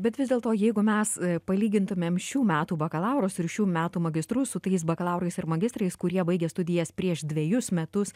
bet vis dėlto jeigu mes palygintumėm šių metų bakalaurus ir šių metų magistrus su tais bakalaurais ir magistrais kurie baigė studijas prieš dvejus metus